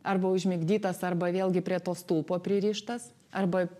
arba užmigdytas arba vėlgi prie to stulpo pririštas arba